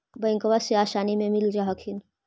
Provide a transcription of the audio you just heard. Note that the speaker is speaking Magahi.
बैंकबा से आसानी मे मिल जा हखिन?